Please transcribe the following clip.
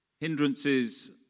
hindrances